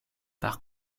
par